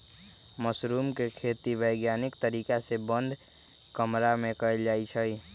mushroom के खेती वैज्ञानिक तरीका से बंद कमरा में कएल जाई छई